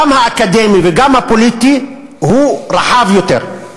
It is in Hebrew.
גם האקדמי וגם הפוליטי, הוא רחב יותר,